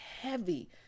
heavy